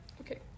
Okay